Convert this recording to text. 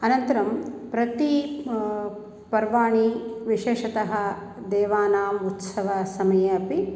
अनन्तरं प्रति पर्वाणि विशेषतः देवानाम् उत्सवसमये अपि